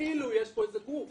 כאילו יש פה גוף